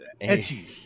edgy